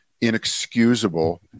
inexcusable